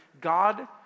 God